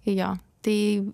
jo tai